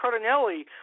Cardinelli